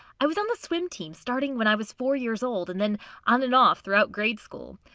i was on the swim team starting when i was four years old and then on and off throughout grade school,